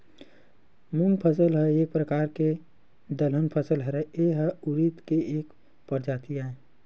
मूंग फसल ह एक परकार के दलहन फसल हरय, ए ह उरिद के एक परजाति आय